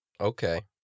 Okay